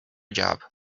job